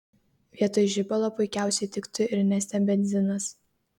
vietoj žibalo puikiausiai tiktų ir neste benzinas